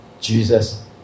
Jesus